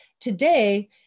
Today